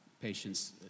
patients